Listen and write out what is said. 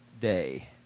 day